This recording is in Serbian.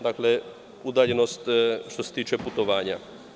Dakle, udaljenost što se tiče putovanja.